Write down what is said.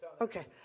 Okay